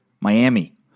Miami